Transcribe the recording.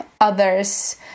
others